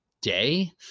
day